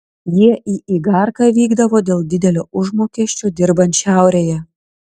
jie į igarką vykdavo dėl didelio užmokesčio dirbant šiaurėje